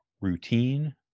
routine